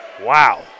Wow